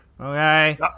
okay